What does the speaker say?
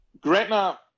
Gretna